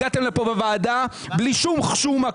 הגעתם לפה בוועדה בלי שום חשומה,